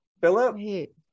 Philip